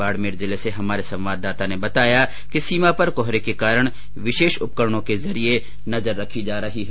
बाडमेर जिले से हमारे संवाददाता ने बताया कि सीमा पर कोहरे के कारण विशेष उपकरणों के जरिये नजर रखी जा रही है